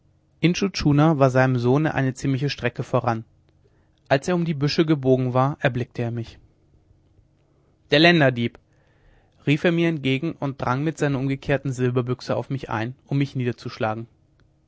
war seinem sohne eine ziemliche strecke voran als er um die büsche gebogen war erblickte er mich der länderdieb rief er mir entgegen und drang mit seiner umgekehrten silberbüchse auf mich ein um mich niederzuschlagen